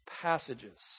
passages